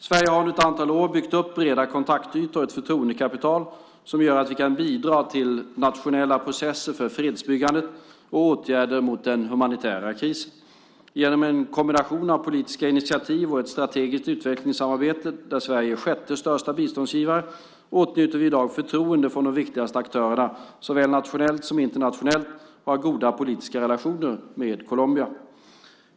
Sverige har under ett antal år byggt upp breda kontaktytor och ett förtroendekapital som gör att vi kan bidra till nationella processer för fredsbyggandet och åtgärder mot den humanitära krisen. Genom en kombination av politiska initiativ och ett strategiskt utvecklingssamarbete, där Sverige är sjätte största biståndsgivare, åtnjuter vi i dag förtroende från de viktigaste aktörerna såväl nationellt som internationellt, och vi har goda politiska relationer med Colombia.